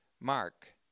Mark